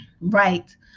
Right